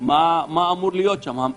מה אמור להיות שם.